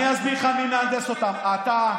אני אסביר לך מי מהנדס אותם: אתה,